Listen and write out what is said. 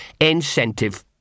Incentive